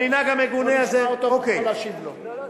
המנהג המגונה הזה, אתה תוכל להשיב לו.